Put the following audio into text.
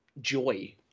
joy